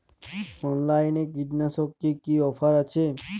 অনলাইনে কীটনাশকে কি অফার আছে?